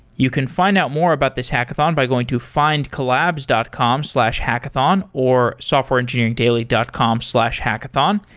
you can find out more about this hackathon by going to findcollabs dot com slash hackathon, or softwareengineeringdaily dot com slash hackathon.